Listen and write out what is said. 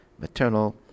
maternal